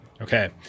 Okay